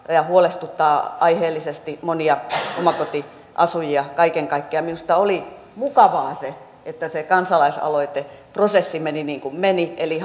ja huolestuttaa aiheellisesti monia omakotiasujia kaiken kaikkiaan minusta oli mukavaa se että se kansalaisaloiteprosessi meni niin kuin meni eli